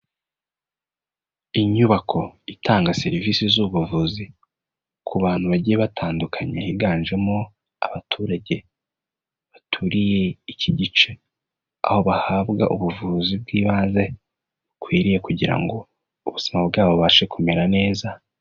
Inyubako itanga serivisi z'ubuvuzi ku bantu bagiye batandukanye, higanjemo abaturage baturiye iki gice. Aho bahabwa ubuvuzi bw'ibanze bukwiriye kugira ngo ubuzima bwabo bubashe kumera neza.